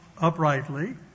uprightly